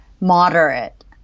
moderate